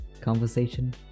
conversation